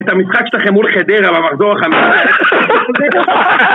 את המשחק שאתה חמור חדרה במחזור החמור